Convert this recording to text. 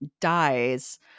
dies